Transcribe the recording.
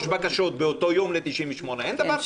בקשות באותו יום לסעיף 98. אין דבר כזה.